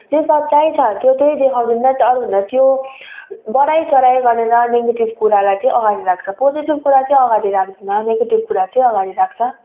जे सच्चाई छ त्यो चाहिँ देखाउँदैन अरू भन्दा त्यो बढाइचढाइ गरेर निगेटिभ कुरालाई चाहिँ अगाडि राख्छ पोजेटिभ कुरा चाहिँ अगाडि राख्दैन निगेटिभ कुरा चाहिँ अगाडि राख्छ